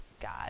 God